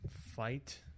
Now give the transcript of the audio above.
Fight